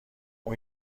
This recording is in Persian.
اون